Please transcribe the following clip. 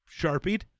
sharpied